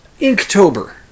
Inktober